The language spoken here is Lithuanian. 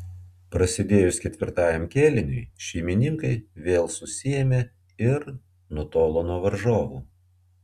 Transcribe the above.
prasidėjus ketvirtajam kėliniui šeimininkai vėl susiėmė ir nutolo nuo varžovų